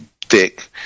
thick